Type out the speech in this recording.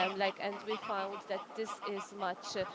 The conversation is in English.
um like and we found that this is much,